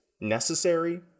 necessary